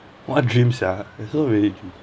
what dreams ah there's so many dreams